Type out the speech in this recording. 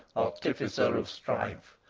artificer of strife,